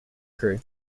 crew